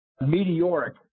meteoric